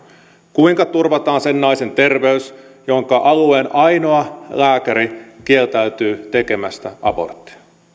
kuinka turvataan sen naisen terveys jonka alueen ainoa lääkäri kieltäytyy tekemästä aborttia